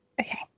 Okay